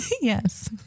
Yes